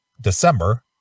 December